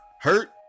Hurt